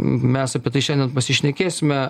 mes apie tai šiandien pasišnekėsime